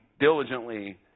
diligently